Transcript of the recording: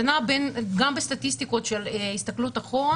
גם בסטטיסטיקות של הסתכלות אחורה,